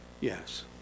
Yes